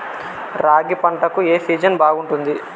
రాగి పంటకు, ఏ సీజన్ బాగుంటుంది?